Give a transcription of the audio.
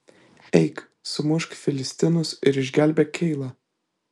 eik sumušk filistinus ir išgelbėk keilą